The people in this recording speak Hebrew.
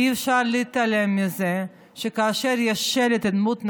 אי-אפשר להתעלם מזה, שכאשר יש שלט עם דמות נשית,